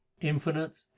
Infinite